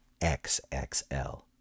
XXL